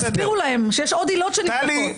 תסבירו להם שיש עוד עילות שנבדקות.